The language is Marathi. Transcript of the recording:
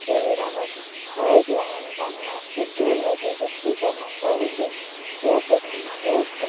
शरीरावर हळद लावून त्यांना शुद्ध व तेजस्वी करण्याचा उद्देश या प्रथेमागे असतो